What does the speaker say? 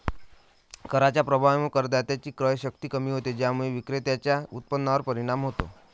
कराच्या प्रभावामुळे करदात्याची क्रयशक्ती कमी होते, ज्यामुळे विक्रेत्याच्या उत्पन्नावर परिणाम होतो